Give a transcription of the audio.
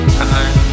time